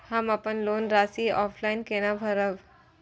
हम अपन लोन के राशि ऑफलाइन केना भरब?